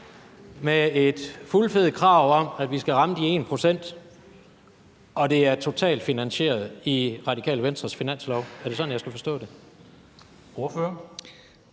med et fuldtonet krav om, at vi skal ramme de 1 pct., og at det er totalt finansieret i Radikale Venstres finanslovsforslag. Er det sådan, jeg skal forstå det?